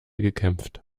gekämpft